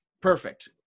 Perfect